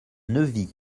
neuvy